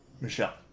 Michelle